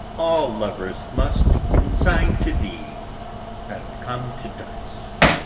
all lovers must consign to thee and come to dust.